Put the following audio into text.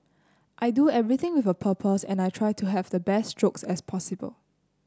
I do everything with a purpose and I try to have the best strokes as possible